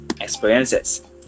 experiences